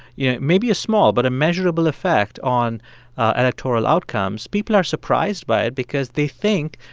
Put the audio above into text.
you know, maybe a small but a measurable effect on electoral outcomes, people are surprised by it because they think,